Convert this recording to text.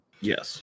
Yes